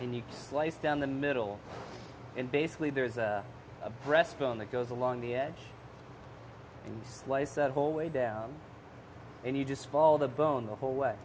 and you slice down the middle and basically there is a breast bone that goes along the edge and slice that whole way down and you just follow the bone the whole way